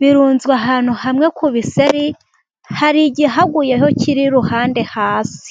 birunzwe ahantu hamwe ku biseri hari igihaguyeho kiri iruhande hasi.